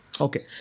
Okay